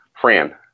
Fran